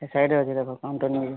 ସେ ସାଇଡ଼ରେ ଅଛି ଦେଖ